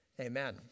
amen